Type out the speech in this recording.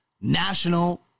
National